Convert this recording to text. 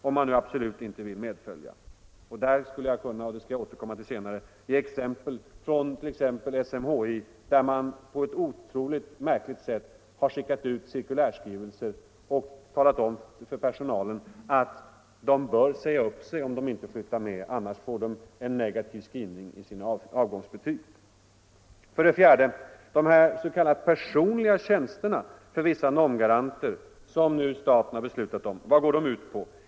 I det sammanhanget skulle jag kunna — och det skall jag senare återkomma till — ge exempel från bl.a. SMHI, där man skickat ut synnerligen märkliga cirkulärskrivelser till personalen, i vilka det meddelats att de anställda bör säga upp sig, om de inte vill flytta med, eftersom de annars får en negativ skrivning i sina avgångsbetyg. 4. Hur förhåller det sig med de s.k. personliga tjänsterna för vissa NOMS-garanter, som staten beslutat om?